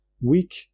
weak